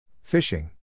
Fishing